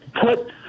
put